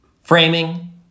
framing